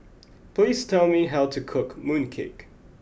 please tell me how to cook mooncake